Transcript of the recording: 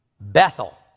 Bethel